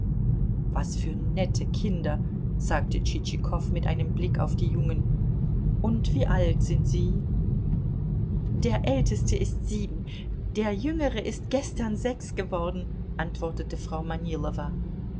was für nette kinder sagte tschitschikow mit einem blick auf die jungen und wie alt sind sie der älteste ist sieben der jüngere ist gestern sechs geworden antwortete frau